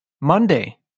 Monday